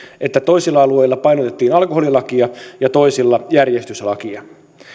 että toisilla alueilla painotettiin alkoholilakia ja toisilla järjestyslakia